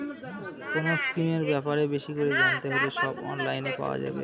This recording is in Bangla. কোনো স্কিমের ব্যাপারে বেশি করে জানতে হলে সব অনলাইনে পাওয়া যাবে